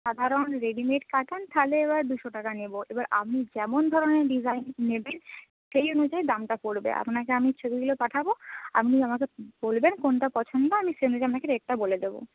সাধারণ রেডিমেড কাটান তাহলে এবার দুশো টাকা নেব এবার আপনি যেমন ধরনের ডিজাইন নেবেন সেই অনুযায়ী দামটা পড়বে আপনাকে আমি ছবিগুলো পাঠাব আপনি আমাকে বলবেন কোনটা পছন্দ আমি সেই অনুযায়ী আপনাকে রেটটা বলে দেবো